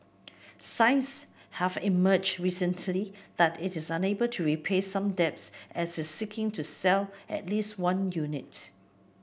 signs have emerged recently that it's unable to repay some debts and is seeking to sell at least one unit